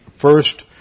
first